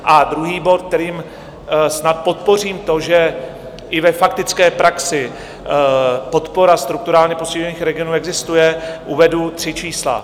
A druhý bod, kterým snad podpořím to, že i ve faktické praxi podpora strukturálně postižených regionů existuje, uvedu tři čísla.